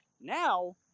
Now